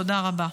תודה רבה.